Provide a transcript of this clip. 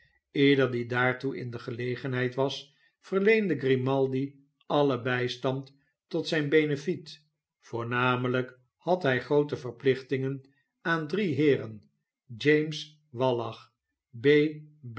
ieder die daartoe in de gelegenheid was verleende grimaldi alien bijstand tot zijn benefiet voornamelijk had hij groote verplichtingen aan drie heeren james wallach b